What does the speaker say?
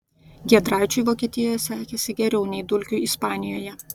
giedraičiui vokietijoje sekėsi geriau nei dulkiui ispanijoje